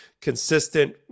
consistent